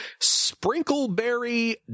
Sprinkleberry